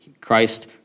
Christ